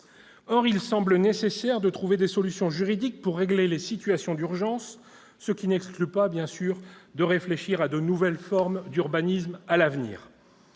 qu'il semble nécessaire de trouver des solutions juridiques pour régler les situations d'urgence, ce qui n'exclut pas de réfléchir à de nouvelles formes d'urbanisme pour l'avenir.